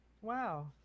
Wow